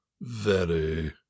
Very